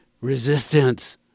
resistance